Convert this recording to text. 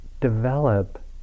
develop